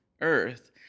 earth